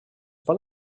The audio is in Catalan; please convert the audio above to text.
pot